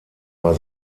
war